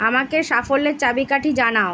আমাকে সাফল্যের চাবিকাঠি জানাও